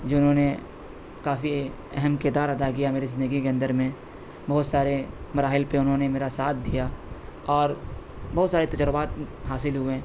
جنہوں نے کافی اہم کردار ادا کیا میری زندگی کے اندر میں بہت سارے مراحل پہ انہوں نے میرا ساتھ دیا اور بہت سارے تجربات حاصل ہوئے ہیں